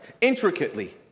intricately